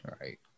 Right